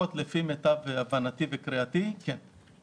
לפי מיטב הבנתי מהקריאה שלי, כן.